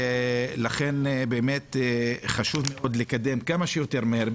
לכן חשוב מאוד לקדם כמה שיותר מהר,